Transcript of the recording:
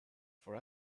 for